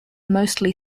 mostly